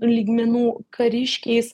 lygmenų kariškiais